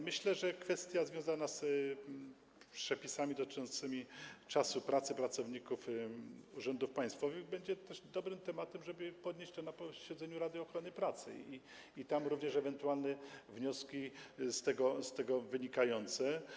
Myślę, że kwestia związana z przepisami dotyczącymi czasu pracy pracowników urzędów państwowych będzie też dobrym tematem, który można podnieść na posiedzeniu Rady Ochrony Pracy, i chodzi tam również o ewentualne wnioski z tego wynikające.